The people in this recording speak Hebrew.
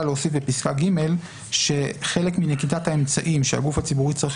להוסיף בפסקה (ג) שחלק מנקיטת האמצעים שהגוף הציבורי צריך